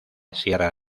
sierra